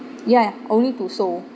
ya only to seoul